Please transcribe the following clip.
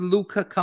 Luca